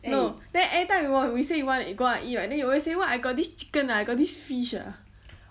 no then every time you !wah! we say we want to go out and eat right then you always say what I got this chicken ah I got this fish ah